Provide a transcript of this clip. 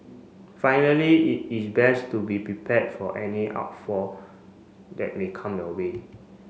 finally it is best to be prepared for any that may come your way